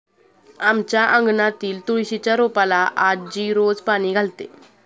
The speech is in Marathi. आमच्या अंगणातील तुळशीच्या रोपाला आजी रोज पाणी घालते